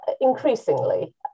increasingly